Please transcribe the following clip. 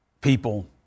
people